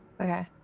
Okay